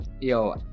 Yo